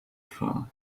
far